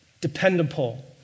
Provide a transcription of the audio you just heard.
dependable